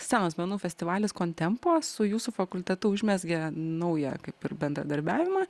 scenos menų festivalis kontempo su jūsų fakultetu užmezgė naują kaip ir bendradarbiavimą